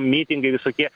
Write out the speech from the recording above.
mitingai visokie